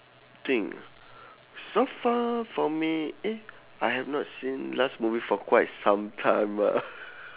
think so far for me eh I have not seen last movie for quite some time ah